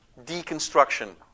Deconstruction